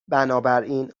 بنابراین